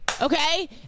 Okay